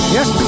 Yes